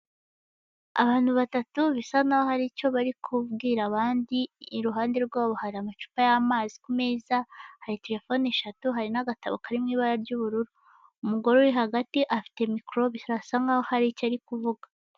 Abantu batatu bisa n'aho hari icyo bari kubwira abandi, iruhande rwabo hari amacupa y'amazi ku meza, hari telefoni eshatu, hari n'agatabo kari mu ibara ry'ubururu. Umugore uri hagati afite mikoro, birasa nk'aho hari icyo ari kuvuga.